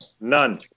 None